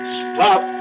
stop